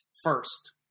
First